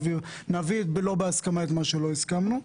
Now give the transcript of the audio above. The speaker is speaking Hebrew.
נביא בלא הסכמה את מה שלא הסכמנו.